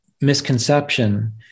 misconception